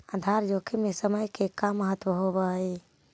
आधार जोखिम में समय के का महत्व होवऽ हई?